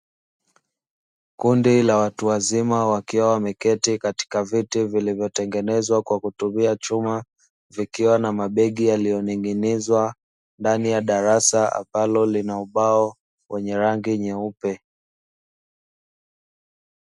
Kundi la watu wazima wakiwa wameketi katika viti vilivyotengenezwa kwa kutumia chuma, vikiwa na mabegi yaliyoning'inizwa ndani ya darasa ambalo lina ubao wenye rangi nyeupe.